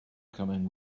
coming